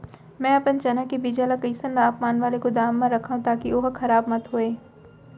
मैं अपन चना के बीजहा ल कइसन तापमान वाले गोदाम म रखव ताकि ओहा खराब मत होवय?